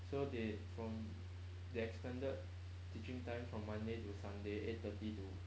so they from they extended teaching time from monday to sunday eight thirty to